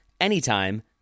anytime